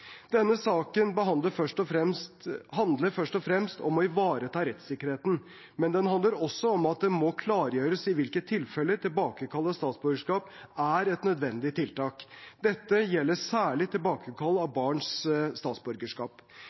handler først og fremst om å ivareta rettssikkerheten. Men den handler også om at det må klargjøres i hvilke tilfeller tilbakekall av statsborgerskap er et nødvendig tiltak. Dette gjelder særlig tilbakekall av barns statsborgerskap.